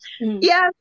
Yes